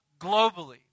globally